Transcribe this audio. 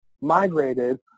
migrated